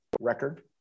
record